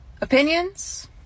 Opinions